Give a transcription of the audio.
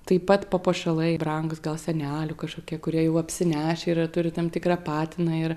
taip pat papuošalai brangūs gal senelių kažkokie kurie jau apsinešę yra turi tam tikrą patiną ir